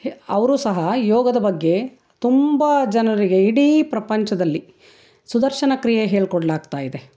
ಅವರೂ ಸಹ ಯೋಗದ ಬಗ್ಗೆ ತುಂಬ ಜನರಿಗೆ ಇಡೀ ಪ್ರಪಂಚದಲ್ಲಿ ಸುದರ್ಶನ ಕ್ರಿಯೆ ಹೇಳ್ಕೊಡಲಾಗ್ತಾ ಇದೆ